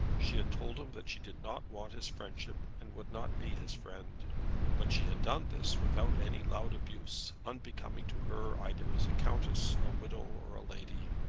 she had told him that she did not want his friendship, and would not be his friend but she had done this without any loud abuse unbecoming to her either as a countess, a widow, or a lady.